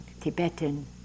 Tibetan